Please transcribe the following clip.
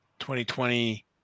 2020